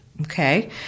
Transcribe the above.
Okay